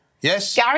Yes